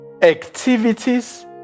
activities